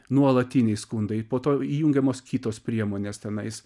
nuolatiniai skundai po to įjungiamos kitos priemonės tenais